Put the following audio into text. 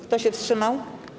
Kto się wstrzymał?